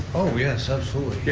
oh, yes, absolutely.